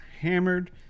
hammered